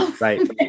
Right